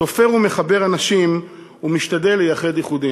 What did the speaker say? תופר ומחבר אנשים ומשתדל לייחד ייחודים.